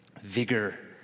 vigor